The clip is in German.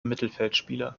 mittelfeldspieler